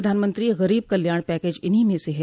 प्रधानमंत्री गरीब कल्याण पैकेज इन्हीं में से है